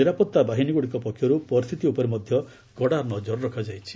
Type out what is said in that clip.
ନିରାପତ୍ତା ବାହିନୀଗୁଡ଼ିକ ପକ୍ଷରୁ ପରିସ୍ଥିତି ଉପରେ କଡ଼ା ନଜର ରଖାଯାଇଛି